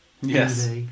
Yes